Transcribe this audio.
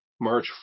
March